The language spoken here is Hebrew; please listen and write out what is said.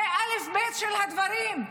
זה אלף-בית של הדברים.